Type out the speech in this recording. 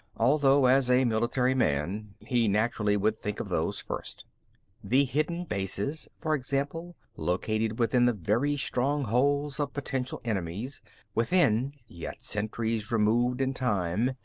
although as a military man, he naturally would think of those first the hidden bases, for example, located within the very strongholds of potential enemies within, yet centuries removed in time.